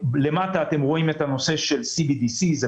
למטה אתם רואים את נושא ה-CBDC זה